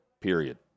period